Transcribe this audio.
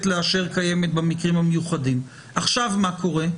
לאשר קיימת במקרים המיוחדים ועכשיו מה קורה?